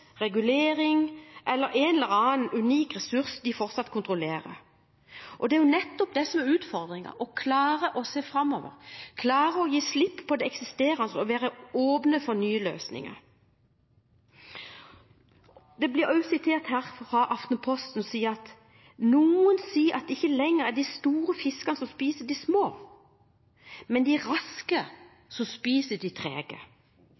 regulering eller en eller annen unik ressurs de fortsatt kontrollerer. Det er jo nettopp det som er utfordringen: å klare å se framover, klare å gi slipp på det eksisterende og være åpen for nye løsninger. Det står også følgende i Aftenposten i dag: «Noen sier at det ikke lenger er de store fiskene som spiser de små, men de raske som spiser de trege.